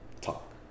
talk